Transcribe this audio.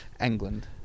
England